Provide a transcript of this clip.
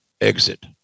exit